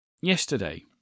yesterday